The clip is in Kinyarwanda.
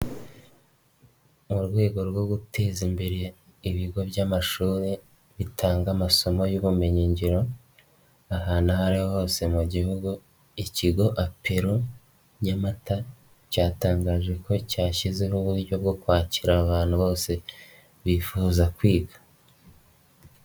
Abakora ibikorwa byo guteza imbere ibigo by'amashuri bitanga amasomo y'ubumenyin ngiro ahantu aho ari ho hse mu gihugu, ikigo APELO Nyamata cyatangaje ko cyashyizeho uburyo bwo kwakira abantu bose bifuza kwiga.